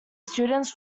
students